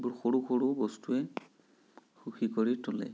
এইবোৰ সৰু সৰু বস্তুৱে সুখী কৰি তোলে